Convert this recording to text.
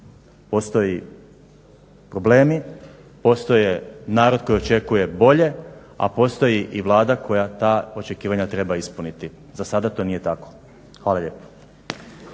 Postoje problemi, postoji narod koji očekuje bolje, a postoji Vlada koja ta očekivanja treba ispuniti. Za sada to nije tako. Hvala lijepo.